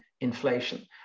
inflation